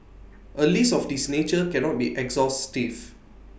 A list of this nature cannot be exhaustive